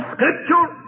Scripture